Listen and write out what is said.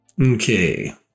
Okay